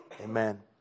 amen